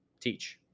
Teach